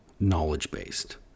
knowledge-based